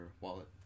wallet